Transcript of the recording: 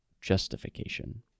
justification